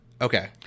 Okay